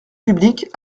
publique